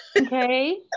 Okay